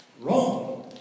wrong